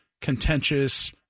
contentious